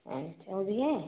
अच्छा वह भी है